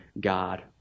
God